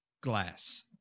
glass